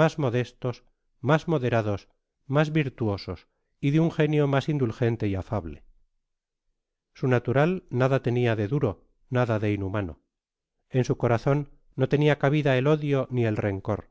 mas modestos mas moderados mas virtuosos y de un genio mas indulgente y afable su natural nada tenia de duro nada de inhumano en su corazon no tenia cabida el odio ni el rencor